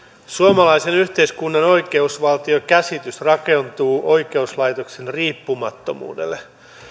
suomalaisen yhteiskunnan oikeusvaltiokäsitys rakentuu oikeuslaitoksen riippumattomuudelle